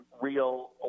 real